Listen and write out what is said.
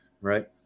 right